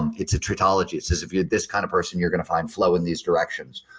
and it's a trickology. it says, if you're this kind of person, you're going to find flow in these directions.